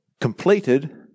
completed